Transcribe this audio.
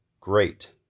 Great